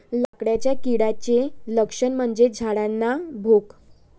लाकडाच्या किड्याचे लक्षण म्हणजे झाडांना भोक